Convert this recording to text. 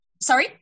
Sorry